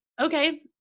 okay